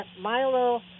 Milo